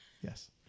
Yes